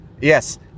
yes